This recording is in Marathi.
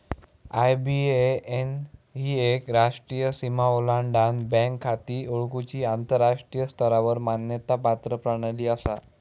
आय.बी.ए.एन ही एक राष्ट्रीय सीमा ओलांडान बँक खाती ओळखुची आंतराष्ट्रीय स्तरावर मान्यता प्राप्त प्रणाली असा